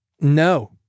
No